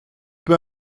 peu